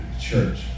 church